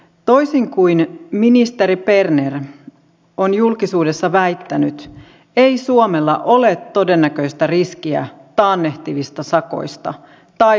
toisin kuin ministeri berner on julkisuudessa väittänyt ei suomella ole todennäköistä riskiä taannehtivista sakoista tai vahingonkorvausvelvollisuudesta